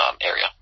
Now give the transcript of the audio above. area